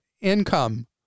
income